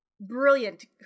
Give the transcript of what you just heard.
Brilliant